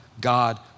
God